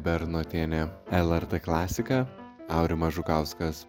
bernotienė lrt klasika aurimas žukauskas